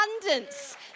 abundance